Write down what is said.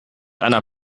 einer